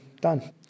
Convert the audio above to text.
done